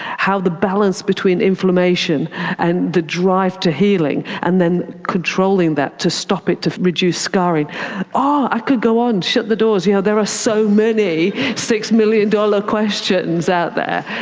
how the balance between inflammation and the drive to healing and then controlling that, to stop it to reduce scarring oh, i could go on, shut the doors you know there are so many six million dollar questions out there,